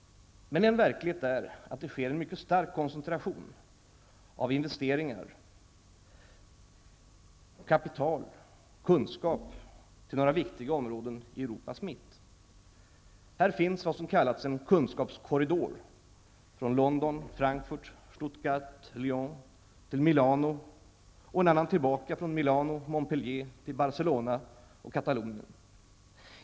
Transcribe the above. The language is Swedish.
Men en verklighet är att det pågår en mycket stark koncentration av investeringar, kapital och kunskap till några viktiga områden i Europas mitt. Här finns vad som kallats en kunskapskorridor från London, Frankfurt, Stuttgart och Lyon till Milano och en annan tillbaka från Milano, Montpellier, till Barcelona och Katalonien.